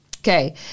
Okay